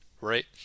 right